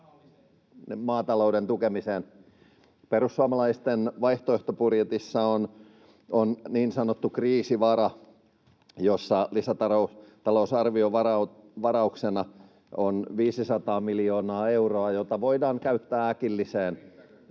Maatalouden tukemiseen? — Perussuomalaisten vaihtoehtobudjetissa on niin sanottu kriisivara, jossa lisätalousarviovarauksena on 500 miljoonaa euroa, jota voidaan käyttää äkilliseen